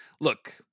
Look